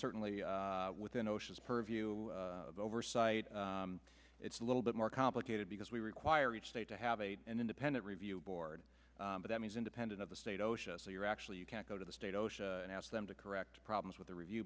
certainly within oceans purview of oversight it's a little bit more complicated because we require each state to have a independent review board but that means independent of the state osha so you're actually you can't go to the state osha and ask them to correct problems with the review